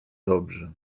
dobrzy